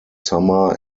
summer